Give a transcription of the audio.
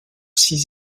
six